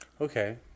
Okay